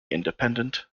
independent